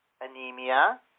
anemia